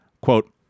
quote